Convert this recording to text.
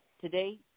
Today